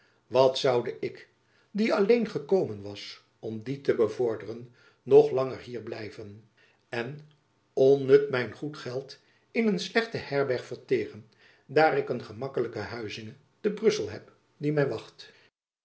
wat zoude ik die alleen gekomen was om dien te bevorderen nog langer hier blijven en onnut mijn goed geld in een slechte herberg verteeren daar ik een gemakkelijke huizinge te brussel heb die my wacht